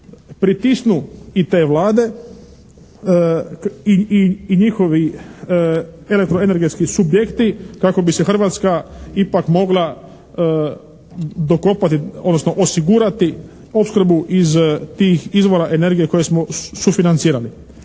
pritisnu i te Vlade i njihovi elektro-energetski subjekti kako bi se Hrvatska ipak mogla dokopati odnosno osigurati opskrbu iz tih izvora energije koje smo sufinancirali.